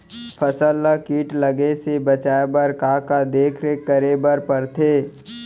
फसल ला किट लगे से बचाए बर, का का देखरेख करे बर परथे?